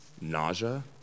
nausea